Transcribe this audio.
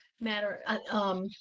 matter